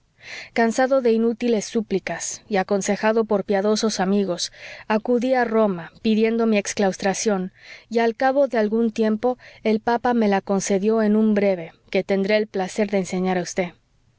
cansado de inútiles súplicas y aconsejado por piadosos amigos acudí a roma pidiendo mi exclaustración y al cabo de algún tiempo el papa me la concedió en un breve que tendré el placer de enseñar a